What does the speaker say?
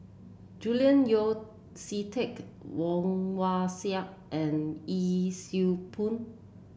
Julian Yeo See Teck Woon Wah Siang and Yee Siew Pun